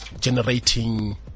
generating